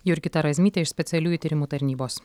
jurgita razmytė iš specialiųjų tyrimų tarnybos